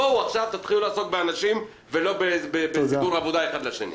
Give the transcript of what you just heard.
בואו עכשיו תתחילו לעסוק באנשים ולא בסידור עבודה האחד לשני.